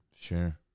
Sure